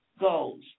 goals